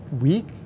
week